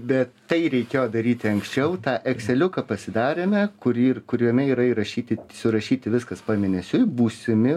bet tai reikėjo daryti anksčiau tą ekseliuką pasidarėme kur ir kuriame yra įrašyti surašyti viskas pamėnesiui būsimi